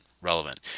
relevant